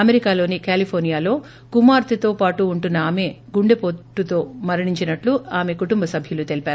అమెరికాలోని కాలిఫోర్పియాలో కుమార్తెతో పాటు ఉంటున్న ఆమె గుండెపోటుతో మరణించినట్లు ఆమె కుటుంబసభ్యులు తెలిపారు